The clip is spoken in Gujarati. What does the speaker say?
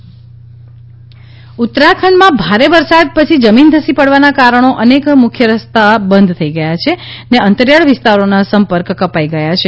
ઉત્તરાખંડ વરસાદ ઉત્તરાખંડમાં ભારે વરસાદ પછી જમીન ધસી પડવાના કારણો અનેક મુખ્ય રસ્તા બંધ થઈ ગયા છે ને અંતરિયાળ વિસ્તારોનો સંપર્ક કપાઈ ગયો છે